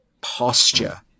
posture